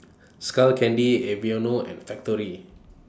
Skull Candy Aveeno and Factorie